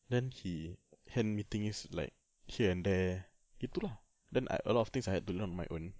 then he hand meeting is like here and there gitu lah then I a lot of things I had to learn on my own